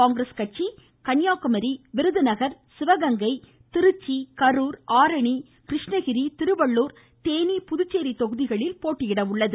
காங்கிரஸ் கட்சி கன்னியாகுமரி விருதுநகர் சிவகங்கை திருச்சி கரூர் ஆரணி கிருஷ்ணகிரி திருவள்ளுர் தேனி புதுச்சேரி தொகுதிகளில் போட்டியிட உள்ளது